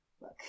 look